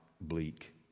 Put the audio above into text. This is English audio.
bleak